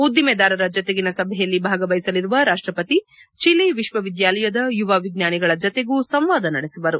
ಉದ್ವಿಮೆದಾರರ ಜತೆಗಿನ ಸಭೆಯಲ್ಲಿ ಭಾಗವಹಿಸಲಿರುವ ರಾಷ್ಟಪತಿ ಚಲಿ ವಿಶ್ವವಿದ್ದಾಲಯದ ಯುವ ವಿಜ್ಞಾನಿಗಳೊಂದಿಗೆ ಸಂವಾದ ನಡೆಸುವರು